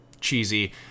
cheesy